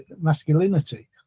masculinity